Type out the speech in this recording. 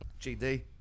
Gd